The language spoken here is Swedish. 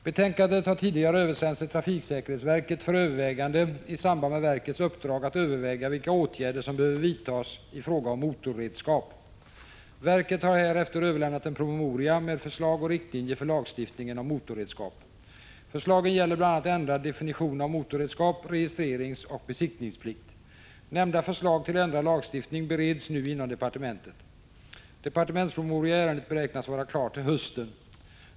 Betänkandet har tidigare översänts till trafiksäkerhetsverket för övervägande i samband med verkets uppdrag att överväga vilka åtgärder som behöver vidtas i fråga om motorredskap. Verket har härefter överlämnat en promemoria med förslag och riktlinjer för lagstiftningen om motorredskap. Förslagen gäller bl.a. ändrad definition av motorredskap, registreringsoch besiktningsplikt. Nämnda förslag till ändrad lagstiftning bereds nu inom departementet. Departementspromemoria i ärendet beräknas vara klar till hösten.